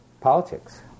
politics